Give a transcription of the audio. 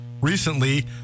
Recently